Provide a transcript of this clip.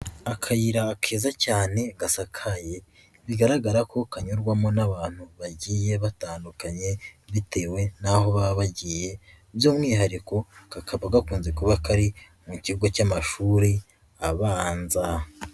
Akayira keza cyane gasakaye bigaragara ko kanyurwamo n'abantu bagiye batandukanye bitewe n'aho baba bagiye by'umwihariko kakaba gakunze kuba kari mu kigo cy'amashuri abanza.